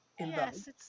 Yes